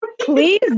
Please